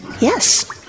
Yes